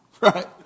right